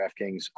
DraftKings